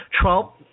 Trump